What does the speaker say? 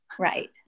Right